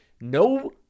no